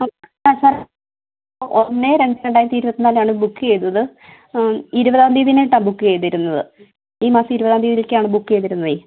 ആ ആ സാറേ ഒന്ന് രണ്ട് രണ്ടായിരത്തി ഇരുപത്തിനാലിനാണ് ബുക്ക് ചെയ്തത് ആ ഇരുപതാം തീയതിക്കായിട്ടാണ് ബുക്ക് ചെയ്തിരുന്നത് ഈ മാസം ഇരുപതാം തീയതിയിലേക്കാണ് ബുക്ക് ചെയ്തിരുന്നതേ